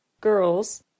Girls